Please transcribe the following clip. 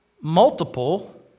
multiple